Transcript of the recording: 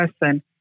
person